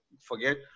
forget